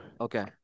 Okay